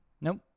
nope